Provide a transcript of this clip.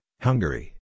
Hungary